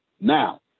Now